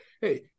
hey